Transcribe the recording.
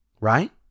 Right